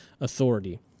authority